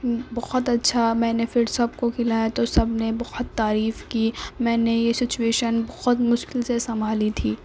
بہت اچھا میں نے پھر سب کو کھلایا تو سب نے بہت تعریف کی میں نے یہ سچویشن بہت مشکل سے سنبھالی تھی